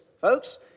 folks